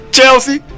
Chelsea